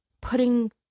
putting